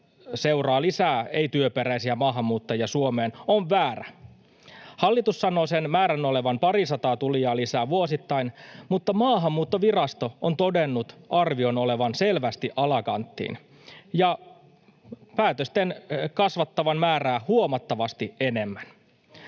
seuraa lisää ei-työperäisiä maahanmuuttajia Suomeen, on väärä. Hallitus sanoo määrän olevan parisataa tulijaa lisää vuosittain, mutta Maahanmuuttovirasto on todennut arvion olevan selvästi alakanttiin ja päätösten kasvattavan määrää huomattavasti enemmän.